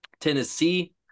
Tennessee